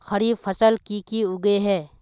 खरीफ फसल की की उगैहे?